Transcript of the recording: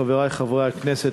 חברי חברי הכנסת,